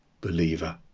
believer